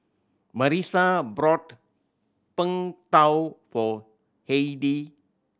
Marisa bought Png Tao for Heidi